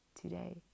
today